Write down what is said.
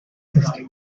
system